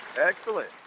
Excellent